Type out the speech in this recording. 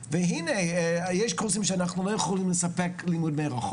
לא טוב ואולי אנחנו צריכים לעשות איזשהו קמפיין הסברה יותר טוב ויותר